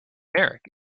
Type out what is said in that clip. marek